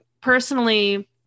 personally